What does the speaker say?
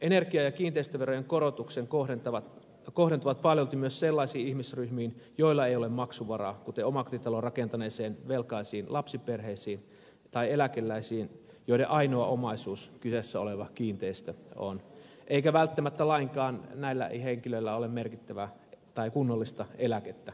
energia ja kiinteistöverojen korotukset kohdentuvat paljolti myös sellaisiin ihmisryhmiin joilla ei ole maksuvaraa kuten omakotitalon rakentaneisiin velkaisiin lapsiperheisiin tai eläkeläisiin joiden ainoa omaisuus kyseessä oleva kiinteistö on ja joilla ei välttämättä lainkaan ole kunnollista eläkettä